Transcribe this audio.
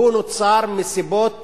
הוא נוצר מסיבות